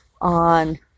on